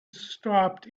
stopped